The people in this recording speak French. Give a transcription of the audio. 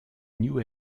new